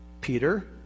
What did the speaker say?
Peter